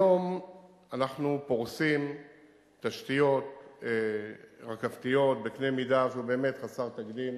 היום אנחנו פורסים תשתיות רכבתיות בקנה מידה שהוא באמת חסר תקדים,